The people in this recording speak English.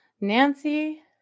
Nancy